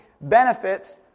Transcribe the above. benefits